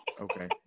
okay